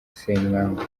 ssemwanga